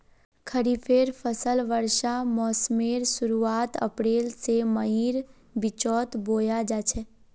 खरिफेर फसल वर्षा मोसमेर शुरुआत अप्रैल से मईर बिचोत बोया जाछे